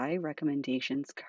recommendations